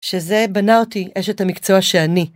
שזה בנה אותי אשת המקצוע שאני.